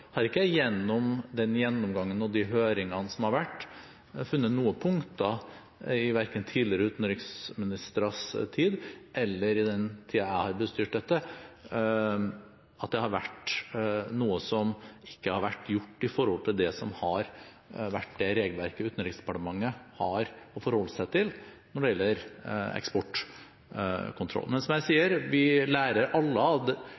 har ikke jeg gjennom den gjennomgangen og de høringene som har vært, funnet noen punkter – verken i tidligere utenriksministeres tid eller i den tiden jeg har bestyrt dette – hvor det har vært noe som ikke har vært gjort i forhold til det som har vært det regelverket Utenriksdepartementet har å forholde seg til når det gjelder eksportkontroll. Men som jeg sa: Vi lærer alle